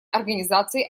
организации